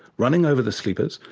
running over the sleepers,